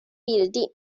building